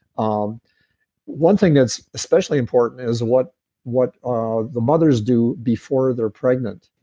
um one thing that's especially important as what what ah the mothers do before they're pregnant?